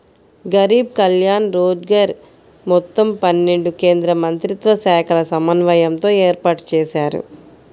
గరీబ్ కళ్యాణ్ రోజ్గర్ మొత్తం పన్నెండు కేంద్రమంత్రిత్వశాఖల సమన్వయంతో ఏర్పాటుజేశారు